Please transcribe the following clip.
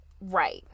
Right